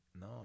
No